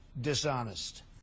dishonest